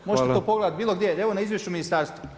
Možete to pogledati bilo gdje, evo na izvješću ministarstva.